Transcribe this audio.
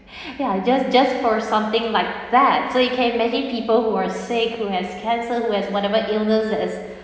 ya just just for something like that so you can imagine people who are sick who has cancer who has whatever illnesses there is